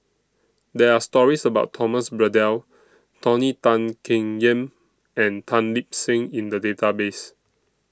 There Are stories about Thomas Braddell Tony Tan Keng Yam and Tan Lip Seng in The Database